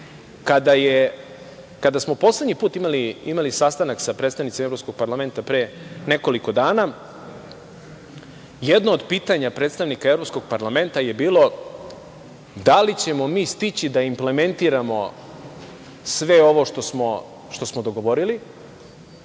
kada smo poslednji put imali sastanak sa predstavnicima Evropskog parlamenta pre nekoliko dana, jedno od pitanja predstavnika Evropskog parlamenta je bilo – da li ćemo mi stići da implementiramo sve ovo što smo dogovorili?